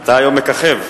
אתה היום מככב.